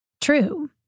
true